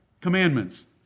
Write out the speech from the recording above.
commandments